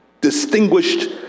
distinguished